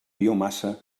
biomassa